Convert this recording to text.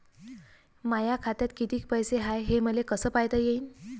माया खात्यात कितीक पैसे हाय, हे मले कस पायता येईन?